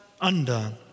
undone